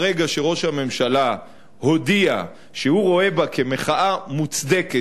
ברגע שראש הממשלה הודיע שהוא רואה בה מחאה מוצדקת